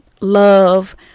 love